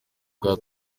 bwa